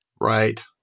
Right